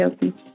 healthy